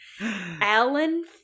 Alan